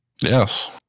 Yes